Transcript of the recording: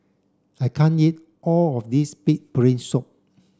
I can't eat all of this pig brain soup